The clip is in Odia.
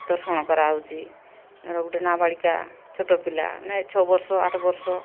ଧର୍ଷଣ କରା ହେଉଛି ଧର ଗୋଟେ ନାବାଳିକା ଛୋଟ ପିଲା ମାନେ ଛଅ ବର୍ଷ ଆଠ ବର୍ଷ